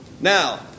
Now